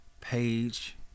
page